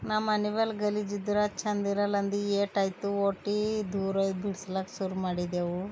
ನಮ್ಮನೆ ಬಲ್ ಗಲೀಜು ಇದ್ರೆ ಚಂದ ಇರಲ್ಲಂದು ಏಟಾಯ್ತು ಒಟ್ಟಿ ದೂರ ಬಿಡ್ಸಲಾಕ ಶುರು ಮಾಡಿದೆವು